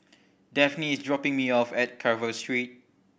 Dafne is dropping me off at Carver Street